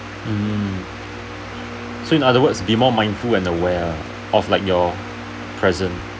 um so in other words be more mindful and aware ah of like your present